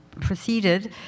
proceeded